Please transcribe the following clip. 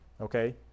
okay